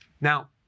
Now